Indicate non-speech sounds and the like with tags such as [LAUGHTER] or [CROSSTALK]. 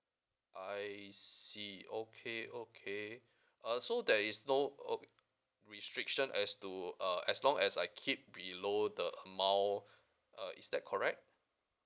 I see okay okay [BREATH] uh so there is no ok~ restriction as to uh as long as I keep below the amount uh is that correct